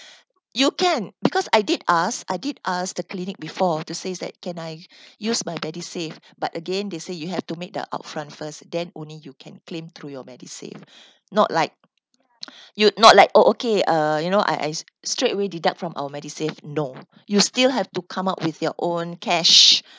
you can because I did ask I did ask the clinic before to says that can I use my medisave but again they say you have to make the upfront first then only you can claim through your medisave not like you not like oh okay uh you know I I straight away deduct from our medisave no you still have to come up with your own cash